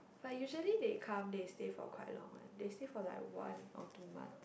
but usually they come they stay for quite long one they stay for like one or two months